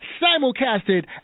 simulcasted